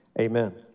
amen